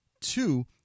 Two